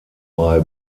bei